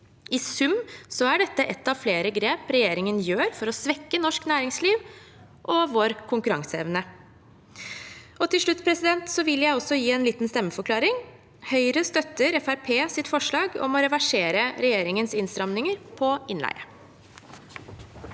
I sum er dette ett av fle re grep regjeringen gjør for å svekke norsk næringsliv og vår konkurranseevne. Til slutt vil jeg gi en liten stemmeforklaring. Høyre støtter Fremskrittspartiets forslag om å reversere regjeringens innstramninger på innleie.